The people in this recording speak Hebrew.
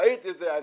ראיתי את זה,